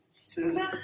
Susan